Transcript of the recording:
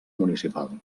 municipal